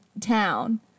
town